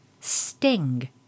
Sting